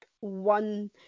One